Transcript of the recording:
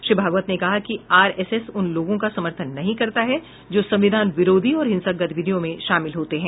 श्री भागवत ने कहा कि आरएसएस उन लोगों का समर्थन नहीं करता है जो संविधान विरोधी और हिंसक गतिविधियों में शामिल होते हैं